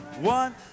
One